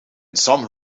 some